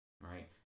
right